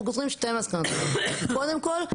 אנחנו גוזרים שתי מסקנות מהמצב: קודם כל,